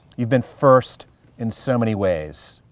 you've been first in so many ways.